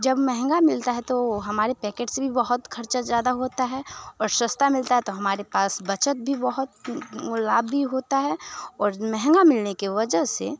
जब महंगी मिलती है तो हमारे पैकेट से भी बहुत ख़र्च ज़्यादा होता है और सस्ती मिलती है तो हमारे पास बचत भी बहुत वो लाभ भी होता है और महंगा मिलने की वजह से